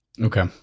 Okay